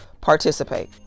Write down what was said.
participate